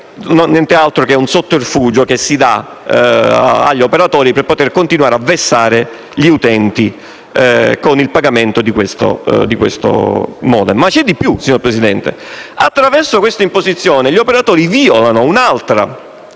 nient'altro che un sotterfugio che si fornisce agli operatori per continuare a vessare gli utenti con il pagamento di questo *modem*. Vi è di più, però, signor Presidente. Attraverso questa imposizione gli operatori violano un altro